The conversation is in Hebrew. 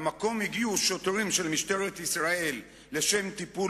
למקום הגיעו שוטרים של משטרת ישראל לשם טיפול